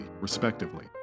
respectively